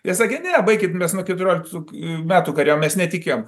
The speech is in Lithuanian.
jie sakė ne baikit mes nuo keturioliktų metų kariaujam mes netikėjo